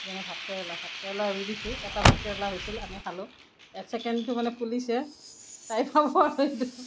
যেনে ভাতকেৰেলা ভাতকেৰেলা ৰুই দিছোঁ এটা ভাতকেৰেলা হৈছিল আমি খালোঁ চেকেণ্ডটো মানে ফুলিছে